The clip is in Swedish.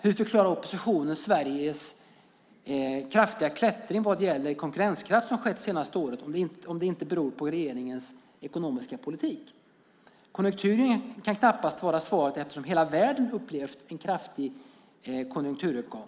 Hur förklarar oppositionen Sveriges kraftiga klättring vad gäller den konkurrenskraft som har skett under det senaste året om den inte beror på regeringens ekonomiska politik? Konjunkturen kan knappast vara svaret eftersom hela världen har upplevt en kraftig konjunkturuppgång.